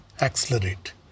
accelerate